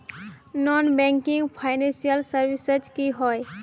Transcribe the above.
Non banking financial services की होय?